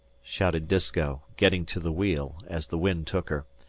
shouted disko, getting to the wheel, as the wind took her.